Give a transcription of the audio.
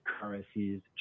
currencies